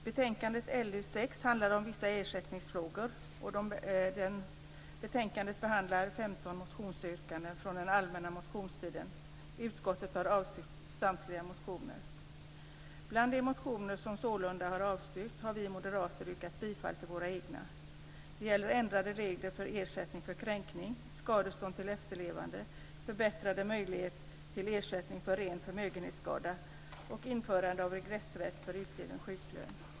Fru talman! Betänkande LU6 handlar om vissa ersättningsfrågor och behandlar 15 motionsyrkanden från den allmänna motionstiden. Utskottet har avstyrkt samtliga motioner. När det gäller de motioner som sålunda avstyrkts har vi moderater yrkat bifall till våra egna. Det gäller ändrade regler för ersättning för kränkning, skadestånd till efterlevande, förbättrade möjligheter till ersättning för ren förmögenhetsskada och införandet av regressrätt för utgiven sjuklön.